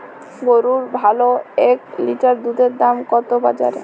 গরুর ভালো এক লিটার দুধের দাম কত বাজারে?